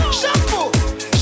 shampoo